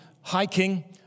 hiking